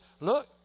look